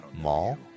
mall